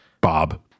Bob